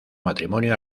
matrimonio